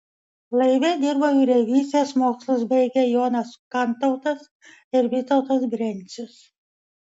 laive dirbo jūreivystės mokslus baigę jonas kantautas ir vytautas brencius